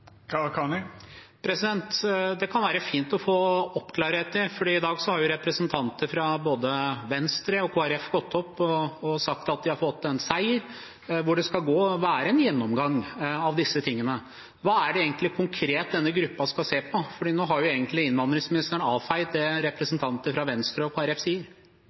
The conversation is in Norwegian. få en oppklaring, for i dag har representanter fra både Venstre og Kristelig Folkeparti sagt at de har fått en seier, og at det skal være en gjennomgang av dette. Hva er det egentlig konkret denne gruppen skal se på? For nå har jo egentlig innvandringsministeren avfeid det representanter fra Venstre og Kristelig Folkeparti sier.